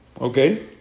okay